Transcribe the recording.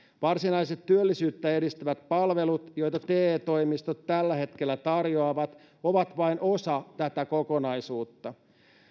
varsinaiset työllisyyttä edistävät palvelut joita te toimistot tällä hetkellä tarjoavat ovat vain osa tätä kokonaisuutta